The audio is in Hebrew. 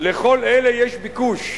לכל אלה יש ביקוש,